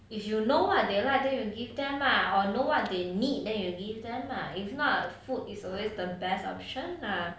if you know what they like then you will give them lah or know what they need then you give them lah if not food is always the best option lah